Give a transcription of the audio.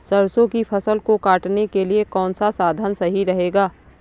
सरसो की फसल काटने के लिए कौन सा साधन सही रहेगा?